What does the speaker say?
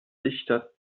dichter